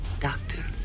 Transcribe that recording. Doctor